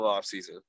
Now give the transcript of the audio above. offseason